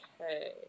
okay